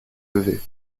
levé